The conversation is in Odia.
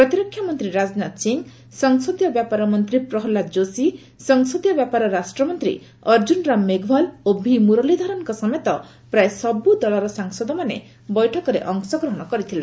ପ୍ରତିରକ୍ଷା ମନ୍ତ୍ରୀ ରାଜନାଥ ସିଂହ ସଂସଦୀୟ ବ୍ୟାପାର ମନ୍ତ୍ରୀ ପ୍ରହଲାଦ ଯୋଶୀ ସଂସଦୀୟ ବ୍ୟାପାର ରାଷ୍ଟ୍ରମନ୍ତ୍ରୀ ଅର୍ଜ୍ଚନ ରାମ ମେଘଓ୍ବାଲ ଓ ଭି ମ୍ବରଲୀଧରନଙ୍କ ସମେତ ପ୍ରାୟ ସବ୍ଧ ଦଳର ସାଂସଦମାନେ ବୈଠକରେ ଅଂଶଗ୍ରହଣ କରିଥିଲେ